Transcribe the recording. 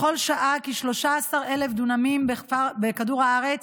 בכל שעה כ-13,000 דונמים בכדור הארץ